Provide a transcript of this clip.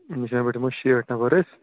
نِشانہِ پٮ۪ٹھ یِمو شیٹھ نفر أسۍ